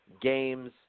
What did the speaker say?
games